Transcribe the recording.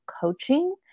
coaching